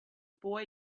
boy